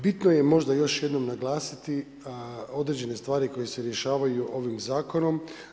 Bitno je možda još jednom naglasiti određene stvari koje se rješavaju ovim zakonom.